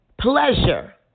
pleasure